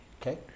Okay